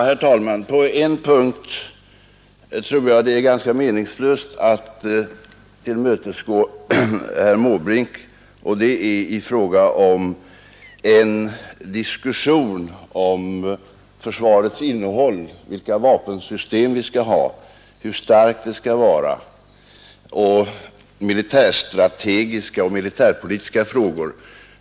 Herr talman! På en punkt tror jag att det är ganska meningslöst att tillmötesgå herr Måbrink, och det är i fråga om en diskussion om försvarets innehåll — vilka vapensystem vi skall ha, hur starkt försvaret skall vara och militärstrategiska och militärpolitiska frågor.